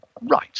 right